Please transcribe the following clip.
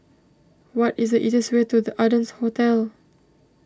what is the easiest way to the Ardennes Hotel